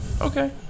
Okay